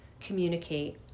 communicate